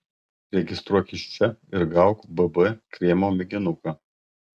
registruokis čia ir gauk bb kremo mėginuką